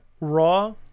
Raw